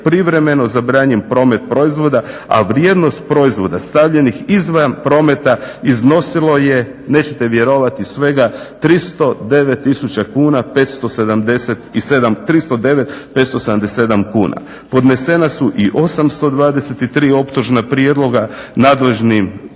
privremeno zabranjen promet proizvoda a vrijednost proizvoda stavljenih izvan prometa iznosilo je, nećete vjerovati svega 309 tisuća kuna, 577, 309, 577 kuna. Podnesena su i 823 optužna prijedloga nadležnim